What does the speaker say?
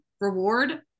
reward